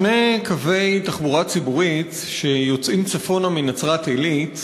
שני קווי תחבורה ציבורית שיוצאים צפונה מנצרת-עילית,